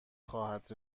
خواهد